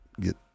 get